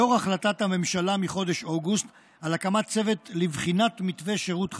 לאור החלטת הממשלה מחודש אוגוסט על הקמת צוות לבחינת מתווה שירות חדש,